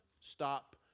stop